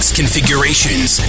configurations